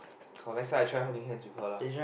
or next time I try holding hands with her lah